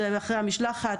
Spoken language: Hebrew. זה אחרי המשלחת,